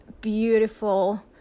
beautiful